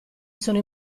sono